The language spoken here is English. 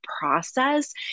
process